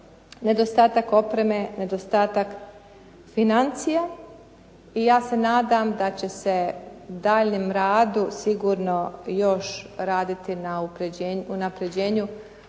nedostatak opreme, nedostatak financija. I ja se nadam da će se u daljnjem radu sigurno još raditi na unapređenju